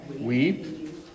weep